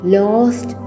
lost